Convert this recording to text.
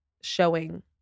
showing